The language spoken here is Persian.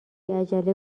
عجله